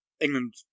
England